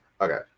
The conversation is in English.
Okay